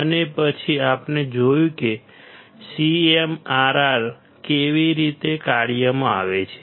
અને પછી આપણે જોયું કે CMRR કેવી રીતે કાર્યમાં આવે છે